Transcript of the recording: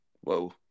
Whoa